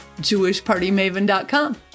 jewishpartymaven.com